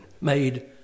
made